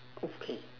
okay